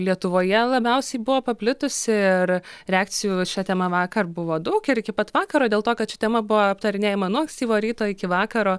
lietuvoje labiausiai buvo paplitusi ir reakcijų šia tema vakar buvo daug ir iki pat vakaro dėl to kad ši tema buvo aptarinėjama nuo ankstyvo ryto iki vakaro